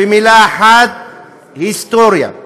במילה אחת, היסטוריה.